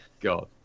God